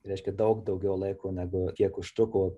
reiškia daug daugiau laiko negu kiek užtruko